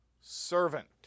servant